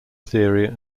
theory